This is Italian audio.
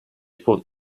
può